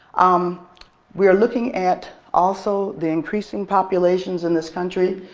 um we are looking at also the increasing populations in this country.